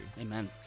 Amen